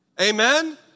Amen